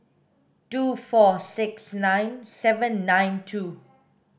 two four six nine seven nine two